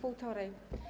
Półtorej.